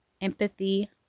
empathy